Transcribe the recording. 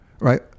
right